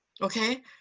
okay